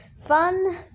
fun